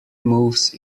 moves